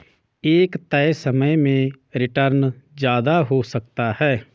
एक तय समय में रीटर्न ज्यादा हो सकता है